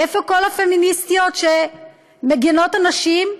איפה כל הפמיניסטיות, מגינות הנשים?